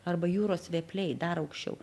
arba jūros vėpliai dar aukščiau